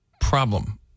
problem